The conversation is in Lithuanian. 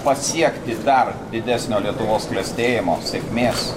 pasiekti dar didesnio lietuvos klestėjimo sėkmės